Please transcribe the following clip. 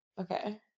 Okay